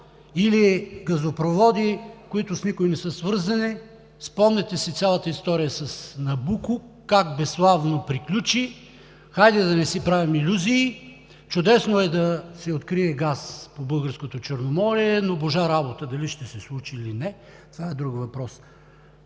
или газопроводи, които с никого не са свързани. Спомняте си цялата история с „Набуко“ как безславно приключи. Хайде да не си правим илюзии, чудесно е да се открие газ по Българското Черноморие, но божа работа дали ще се случи, или не, това е друг въпрос.